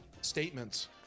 statements